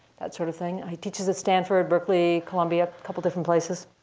that sort of thing. he teaches at stanford, berkeley, columbia, couple different places.